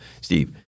Steve